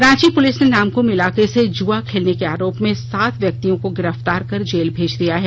Ranchi police ने नामकुम इलाके से जुआ खेलने के आरोप में सात व्यक्तियों को गिरफ्तार कर जेल भेज दिया है